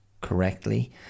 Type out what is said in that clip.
correctly